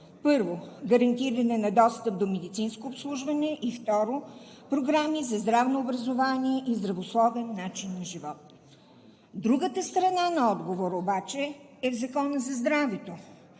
първо, гарантиране на достъп до медицинско обслужване и, второ, програми за здравно образование и здравословен начин на живот. Другата страна на отговора обаче е Законът за здравето,